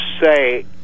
say